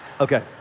Okay